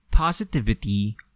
Positivity